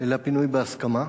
אלא פינוי בהסכמה.